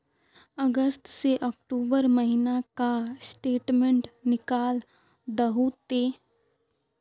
अगस्त से अक्टूबर महीना का स्टेटमेंट निकाल दहु ते?